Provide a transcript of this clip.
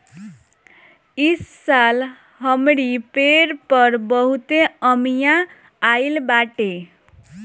इस साल हमरी पेड़ पर बहुते अमिया आइल बाटे